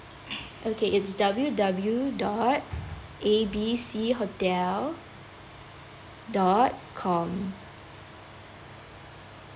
okay it's W W dot A B C hotel dot com